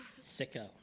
Sicko